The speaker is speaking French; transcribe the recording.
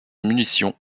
munitions